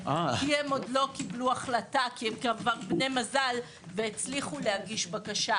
כי הם עוד לא קיבלו החלטה כי הם בני מזל והצליחו להגיש בקשה,